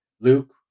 Luke